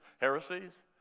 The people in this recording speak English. heresies